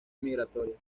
migratoria